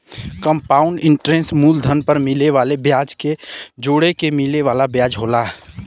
compound interest मूलधन पर मिले वाले ब्याज के जोड़के मिले वाला ब्याज होला